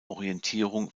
orientierung